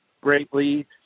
greatly